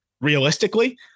realistically